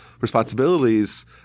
responsibilities